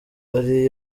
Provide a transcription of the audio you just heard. ari